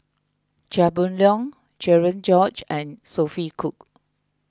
Chia Boon Leong Cherian George and Sophia Cooke